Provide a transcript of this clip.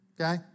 okay